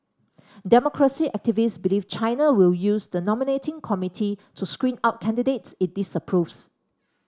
democracy activists believe China will use the nominating committee to screen out candidates it disapproves